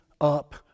up